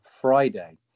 Friday